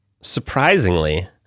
surprisingly